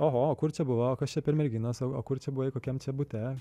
oho o kur čia buvo o kas čia per merginas o kur buvai kokiame čia bute